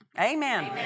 Amen